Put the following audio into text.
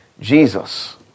Jesus